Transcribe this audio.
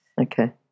Okay